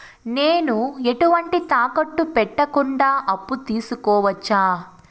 నేను ఎటువంటి తాకట్టు పెట్టకుండా అప్పు తీసుకోవచ్చా?